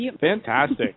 Fantastic